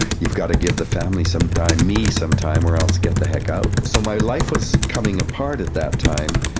you've got to give the family some time, me some time, or else get the heck out. so my life was coming apart at that time.